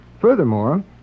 Furthermore